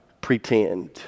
pretend